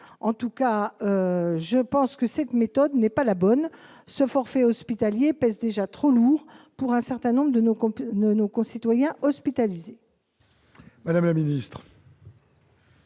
tarifs. Je pense que la méthode choisie n'est pas la bonne. Le forfait hospitalier pèse déjà trop lourd pour un certain nombre de nos concitoyens hospitalisés.